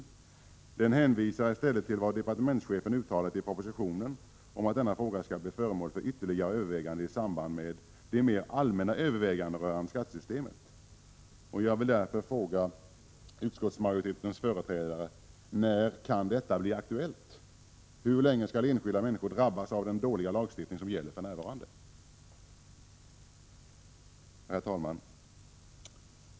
Majoriteten hänvisar i stället till vad departementschefen uttalat i propositionen om att denna fråga skall bli föremål för ytterligare övervägande i samband med de mer allmänna överväganden rörande skattesystemet. Jag vill därför fråga utskottsmajoritetens företrädare: När kan detta bli aktuellt? Hur länge skall enskilda människor drabbas av den dåliga lagstiftning som för närvarande gäller? Herr talman!